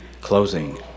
closing